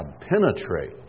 penetrate